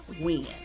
win